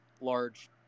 large